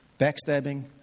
Backstabbing